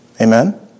Amen